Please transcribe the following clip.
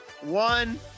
one